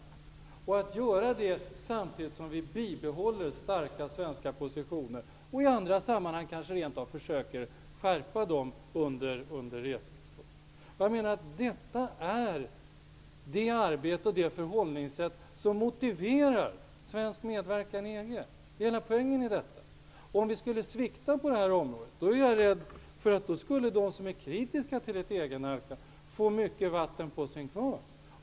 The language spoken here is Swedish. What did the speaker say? Detta måste göras samtidigt som vi bibehåller starka svenska positioner och i andra sammanhang kanske rent av försöker skärpa dem under resans gång. Detta är det arbete och det förhållningssätt som motiverar svensk medverkan i EG. Det är hela poängen med detta. Om vi skulle svikta på det här området är jag rädd för att de som är kritiska till ett närmande till EG få mycket vatten på sin kvarn.